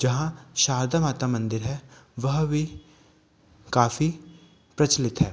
जहाँ शारदा माता मंदिर हैं वह भी काफ़ी प्रचलित है